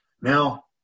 Now